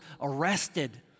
arrested